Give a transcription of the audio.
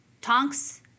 tonks